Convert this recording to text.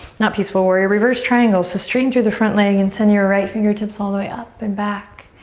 not peaceful warrior, reverse triangle. so straighten through the front leg and send your right fingertips all the way up and back.